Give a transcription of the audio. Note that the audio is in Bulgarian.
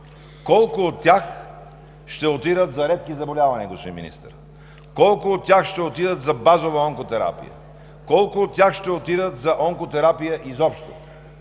колко от тях ще отидат за редки заболявания, господин Министър? Колко от тях ще отидат за базова онкотерапия? Колко от тях ще отидат за онкотерапия изобщо?